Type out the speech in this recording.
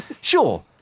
Sure